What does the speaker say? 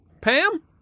Pam